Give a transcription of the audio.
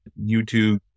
YouTube